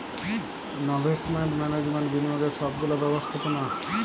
investment management বিনিয়োগের সব গুলা ব্যবস্থাপোনা